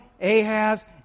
Ahaz